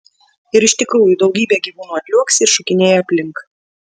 ir iš tikrųjų daugybė gyvūnų atliuoksi ir šokinėja aplink